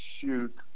shoot